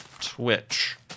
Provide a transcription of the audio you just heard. Twitch